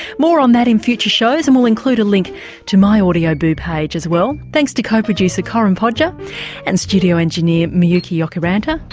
more on that in future shows and we'll include a link to my audioboo page as well. thanks to co-producer corinne podger and studio engineer miyuki jokiranta.